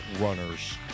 runners